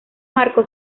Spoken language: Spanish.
marco